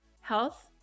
health